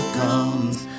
comes